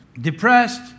depressed